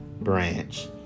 branch